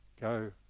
go